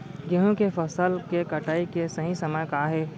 गेहूँ के फसल के कटाई के सही समय का हे?